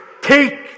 take